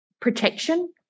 protection